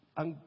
ang